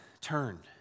Turn